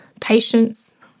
patience